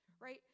right